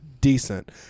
Decent